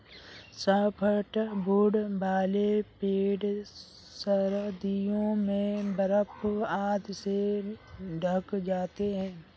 softwood वाले पेड़ सर्दियों में बर्फ आदि से ढँक जाते हैं